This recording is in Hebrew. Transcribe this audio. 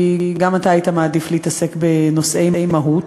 כי גם אתה היית מעדיף להתעסק בנושאי מהות.